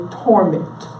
torment